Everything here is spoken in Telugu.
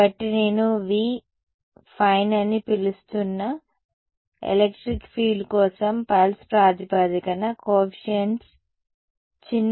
కాబట్టి నేను v ఫైన్ అని పిలుస్తున్న ఎలక్ట్రిక్ ఫీల్డ్ కోసం పల్స్ ప్రాతిపదికన కోఎఫీషియంట్స్ చిన్న a నుండి మార్చుకుందాం